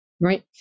right